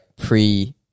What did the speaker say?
pre